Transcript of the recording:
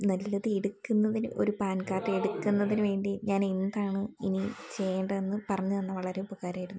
നല്ലത് എടുക്കുന്നതിന് ഒരു പാൻ കാാർഡ് എടുക്കുന്നതിനുവേണ്ടി ഞാനെന്താണ് ഇനി ചെയ്യേണ്ടതെന്നു പറഞ്ഞു തന്നാൽ വളരെ ഉപകാരമായിരുന്നു